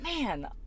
man